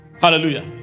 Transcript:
Hallelujah